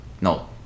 no